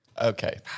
Okay